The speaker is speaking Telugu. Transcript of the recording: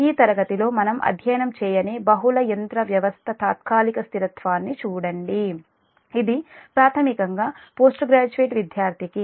ఈ తరగతిలో మనము అధ్యయనం చేయని బహుళ యంత్ర వ్యవస్థ తాత్కాలిక స్థిరత్వాన్ని చూడండి అది ప్రాథమికంగా పోస్ట్ గ్రాడ్యుయేట్ విద్యార్థికి